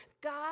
God